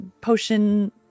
Potion